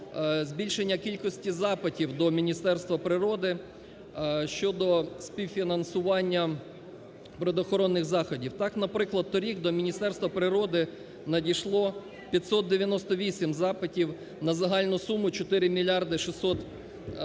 збільшення кількості запитів до Міністерства природи щодо співфінансування природоохоронних заходів. Так, наприклад, торік до Міністерства природи надійшло 598 запитів на загальну суму 4 мільярди